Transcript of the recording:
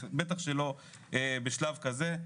בטח שלא בשלב כזה.